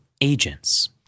agents